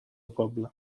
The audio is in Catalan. poble